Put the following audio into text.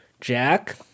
Jack